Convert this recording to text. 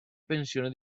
pensione